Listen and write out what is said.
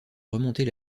remonter